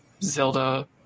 Zelda